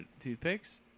toothpicks